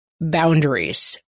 boundaries